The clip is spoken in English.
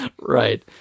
Right